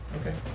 okay